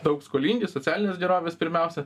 daug skolingi socialinės gerovės pirmiausia